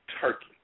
turkey